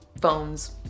phones